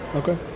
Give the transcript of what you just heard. okay